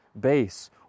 base